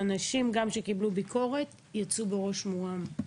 אנשים שקיבלו ביקורת ייצאו בראש מורם.